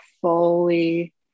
fully